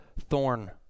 thorn